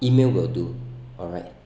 email will do alright